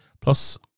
Plus